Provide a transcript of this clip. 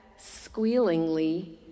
squealingly